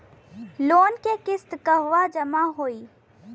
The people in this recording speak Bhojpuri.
लोन के किस्त कहवा जामा होयी?